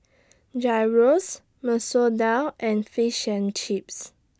Gyros Masoor Dal and Fish and Chips